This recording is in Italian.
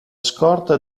scorta